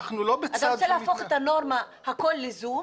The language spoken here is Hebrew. אתה רוצה להפוך את הנורמה הכול ל"זום"